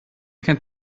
kennt